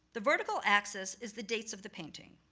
the vertical axis is the dates of the painting.